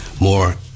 more